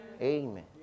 Amen